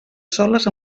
soles